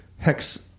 Hex